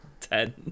Ten